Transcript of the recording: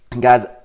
guys